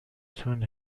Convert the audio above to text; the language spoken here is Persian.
تون